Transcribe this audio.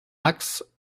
axe